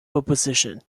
opposition